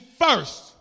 first